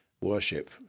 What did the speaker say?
worship